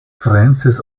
francis